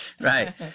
right